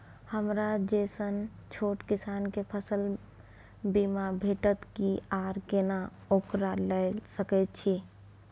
हमरा जैसन छोट किसान के फसल बीमा भेटत कि आर केना ओकरा लैय सकैय छि?